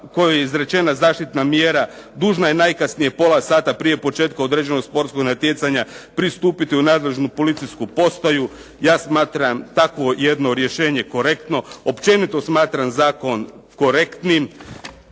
kojoj je izrečena zaštitna mjera dužna je najkasnije pola sata prije početka određenog sportskog natjecanja pristupiti u nadležnu policijsku postaju. Ja smatram takvo jedno rješenje korektno. Općenito smatram zakon korektnim.